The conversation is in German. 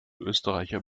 österreicher